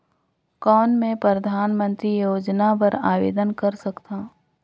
कौन मैं परधानमंतरी योजना बर आवेदन कर सकथव?